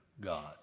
God